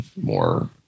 more